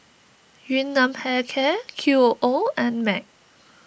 Yun Nam Hair Care Qoo and Mac